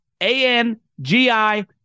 A-N-G-I